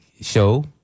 show